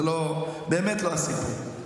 זה באמת לא הסיפור,